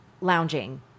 lounging